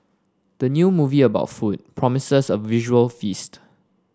the new movie about food promises a visual feast